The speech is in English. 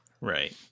Right